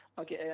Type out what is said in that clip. Okay